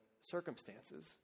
circumstances